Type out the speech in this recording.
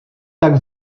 tak